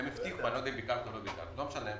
אני לא יודע אם ביקרת או לא ביקרת, לא משנה.